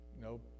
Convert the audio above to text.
Nope